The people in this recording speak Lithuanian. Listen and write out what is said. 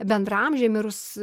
bendraamžė mirus